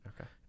Okay